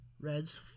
Reds